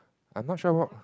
I am not sure what